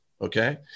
okay